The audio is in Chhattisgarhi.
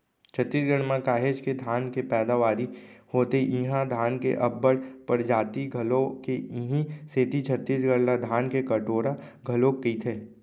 छत्तीसगढ़ म काहेच के धान के पैदावारी होथे इहां धान के अब्बड़ परजाति घलौ हे इहीं सेती छत्तीसगढ़ ला धान के कटोरा घलोक कइथें